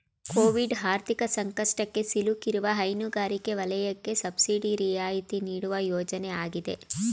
Covid ಆರ್ಥಿಕ ಸಂಕಷ್ಟಕ್ಕೆ ಸಿಲುಕಿರುವ ಹೈನುಗಾರಿಕೆ ವಲಯಕ್ಕೆ ಸಬ್ಸಿಡಿ ರಿಯಾಯಿತಿ ನೀಡುವ ಯೋಜನೆ ಆಗಿದೆ